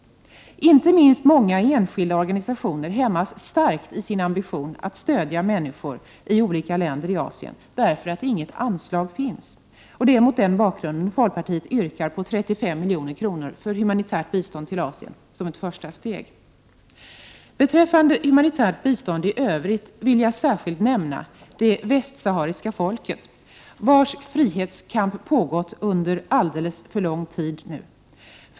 Inte minst många enskilda organisationer hämmas starkt i sin ambition att stödja människor i olika länder i Asien därför att det inte finns något anslag. Det är mot den Prot. 1988/89:99 bakgrunden som vi i folkpartiet yrkar på 35 milj.kr. för humanitärt bistånd 19 april 1989 till Asien som ett första steg. Beträffande humanitärt bistånd i övrigt vill jag särskilt nämna det västsahariska folket, vars frihetskamp har pågått under alldeles för lång tid.